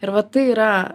ir va tai yra